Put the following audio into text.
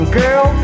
girl